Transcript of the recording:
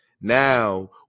now